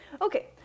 Okay